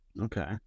Okay